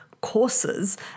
courses